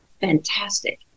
fantastic